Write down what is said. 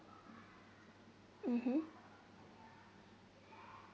mmhmm